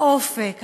האופק,